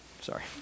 Sorry